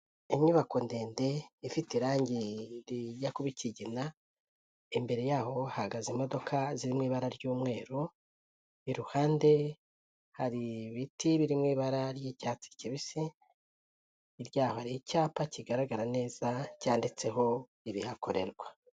Inyubako ndende ifite irangi rijya kuba ikigina, imbere y'aho hahagaze imodoka ziri mu ibara ry'umweru, iruhande hari ibiti biri mu ibara ry'icyatsi kibisi, hirya y'aho hari icyapa kigaragara neza cyanditseho ibihakorerwa.